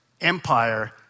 empire